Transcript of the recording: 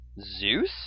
Zeus